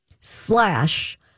slash